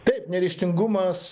taip neryžtingumas